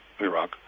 Iraq